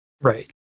Right